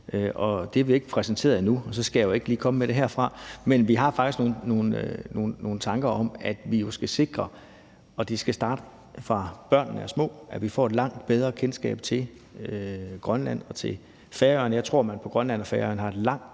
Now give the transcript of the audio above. ikke lige komme med det herfra. Men vi har faktisk nogle tanker om, at vi jo skal sikre – og det skal starte, fra børnene er små – at vi får et langt bedre kendskab til Grønland og til Færøerne. Jeg tror, at man på Grønland og Færøerne har et langt bedre kendskab